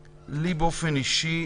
שמפריעה לי מאוד באופן אישי